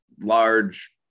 large